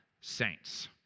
saints